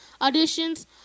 auditions